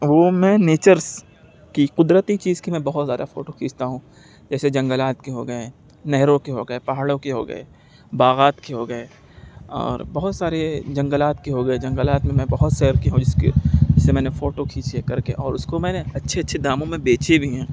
وہ میں نیچرس کی قدرتی چیز کی میں بہت زیادہ فوٹو کھینچتا ہوں جیسے جنگلات کے ہو گئے نہروں کے ہو گئے پہاڑوں کے ہو گئے باغات کے ہو گئے اور بہت سارے جنگلات کے ہو گئے جنگلات میں بہت سیر کی ہوں جس کی جسے میں نے فوٹو کھینچے کر کے اور اس کو میں نے اچھے اچھے داموں میں بیچے بھی ہیں